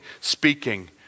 speaking